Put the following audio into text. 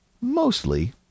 mostly